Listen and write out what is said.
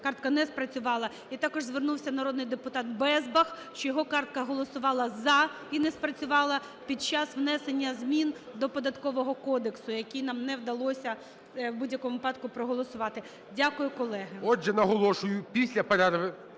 картка не спрацювала. І також звернувся народний депутат Безбах, що його картка голосувала "за" і не спрацювала під час внесення змін до Податкового кодексу, які нам не вдалося в будь-якому випадку проголосувати. Дякую, колеги.